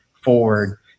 forward